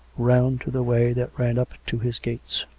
round to the way that ran up to his gates.